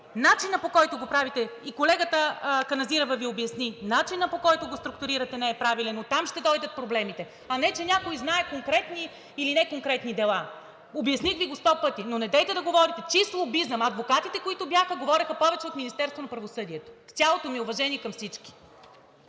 начинът, по който го правите – и колегата Каназирева Ви обясни – начинът, по който го структурирате, не е правилен. Оттам ще дойдат проблемите, а не че някой знае конкретни или неконкретни дела. Обясних Ви го 100 пъти. Недейте обаче да говорите. Чист лобизъм! Адвокатите, които бяха, говореха повече от Министерството на правосъдието, с цялото ми уважение към всички.